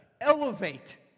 elevate